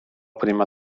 prima